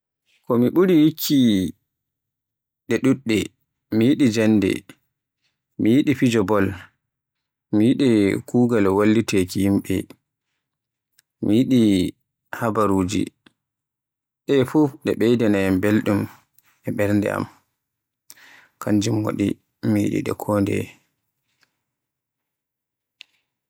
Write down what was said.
Ko mi ɓuri yidde ɗe ɗuɗɗe, mi yiɗi jannde, mi yiɗi fijo bol, mi yiɗi kugaal walliteki yimɓe, mi yiɗi habaruuji. De fuf e ɗe ɓeyda na yam belɗum e ɓernde am, kanjum waɗi mi yiɗi ɗe kondeye